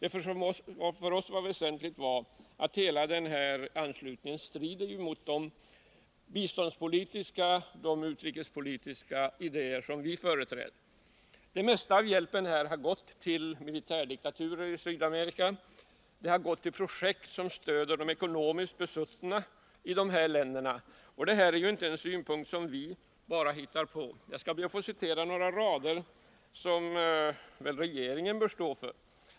Vad som för oss varit det väsentliga är att anslutningen till denna bank står i strid med de biståndspolitiska och de utrikespolitiska idéer som vi socialdemokrater företräder. Det mesta av vår insats har gått till militärdiktaturer i Sydamerika, till projekt som stöder de ekonomiskt besuttna i dessa länder. Det här är inte något som vi har hittat på. Jag ber att få citera några rader, som väl regeringen bör stå för.